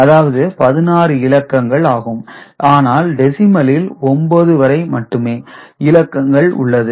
அதாவது 16 இலக்கங்கள் ஆகும் ஆனால் டெசிமலில் 9 வரை மட்டுமே இலக்கங்கள் உள்ளது